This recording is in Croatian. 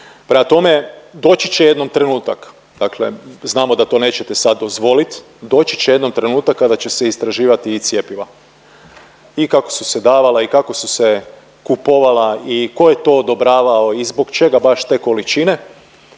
Prema tome, doći će jednom trenutak, dakle znamo da to nećete sad dozvolit, doći će jednom trenutak kada će se istraživati i cjepiva i kako su se davala i kako su se kupovala i tko je to odobravao i zbog čega baš te količine,